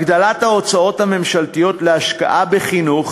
הגדלת ההוצאות הממשלתיות להשקעה בחינוך